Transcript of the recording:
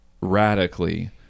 radically